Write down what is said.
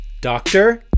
doctor